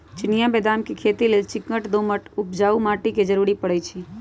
चिनियाँ बेदाम के खेती लेल चिक्कन दोमट उपजाऊ माटी के जरूरी पड़इ छइ